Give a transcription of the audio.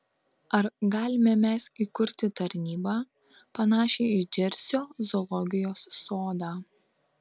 ar galime mes įkurti tarnybą panašią į džersio zoologijos sodą